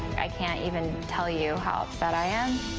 i can't even tell you how upset i am.